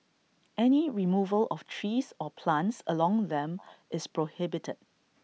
any removal of trees or plants along them is prohibited